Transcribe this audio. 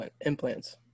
implants